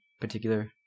particular